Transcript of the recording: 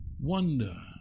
Wonder